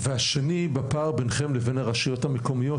והשני בפער ביניכם לבין הרשויות המקומיות,